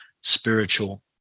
spiritual